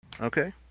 Okay